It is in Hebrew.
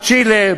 צ'ילה,